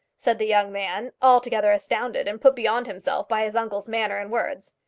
said the young man, altogether astounded and put beyond himself by his uncle's manner and words.